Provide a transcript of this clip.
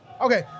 Okay